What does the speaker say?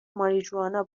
ماریجوانا